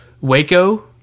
Waco